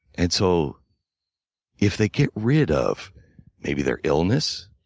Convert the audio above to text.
and so if they get rid of maybe their illness,